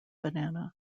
banana